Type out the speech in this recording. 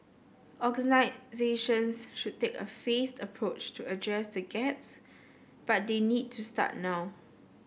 organisations should take a phased approach to address the gaps but they need to start now